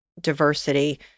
diversity